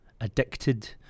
addicted